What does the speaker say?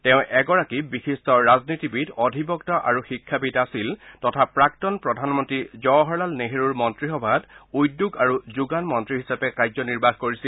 তেওঁ এগৰাকী বিশিষ্ট ৰাজনীতিবিদ অধিবক্তা আৰু শিক্ষাবিদ আছিল তথা প্ৰাক্তন প্ৰধানমন্ত্ৰী জৱাহৰলাল নেহৰুৰ মন্ত্ৰীসভাত উদ্যোগ আৰু যোগান মন্ত্ৰী হিচাপে কাৰ্যনিৰ্বাহ কৰিছিল